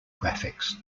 graphics